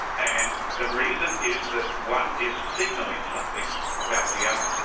and the reason is that one is signalling something about the other.